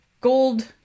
gold